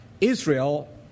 Israel